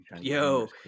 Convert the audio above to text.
Yo